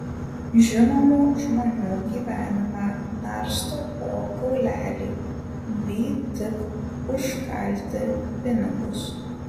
žinomų žmonių gyvenimą narsto po kaulelį by tik užkalti pinigus